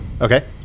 Okay